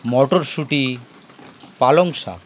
মটরশুটি পালং শাক